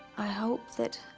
i hope that